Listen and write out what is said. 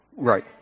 Right